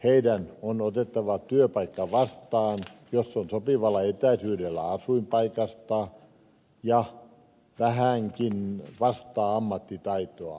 heidän on otettava työpaikka vastaan jos se on sopivalla etäisyydellä asuinpaikasta ja vähänkin vastaa ammattitaitoa